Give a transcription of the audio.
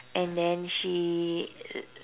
and then she